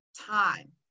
time